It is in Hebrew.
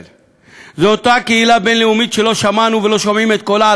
זו אותה קהילה בין-לאומית שלא שמענו ולא שומעים את קולה על הטבח המזעזע,